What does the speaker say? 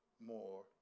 more